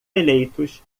eleitos